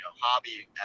hobby